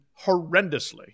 horrendously